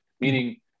meaning